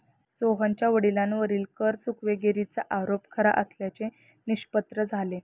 सोहनच्या वडिलांवरील कर चुकवेगिरीचा आरोप खरा असल्याचे निष्पन्न झाले